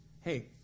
Hey